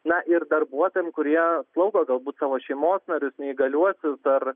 na ir darbuotojam kurie slaugo galbūt savo šeimos narius neįgaliuosius ar